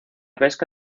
pesca